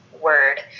word